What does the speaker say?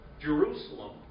Jerusalem